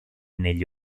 negli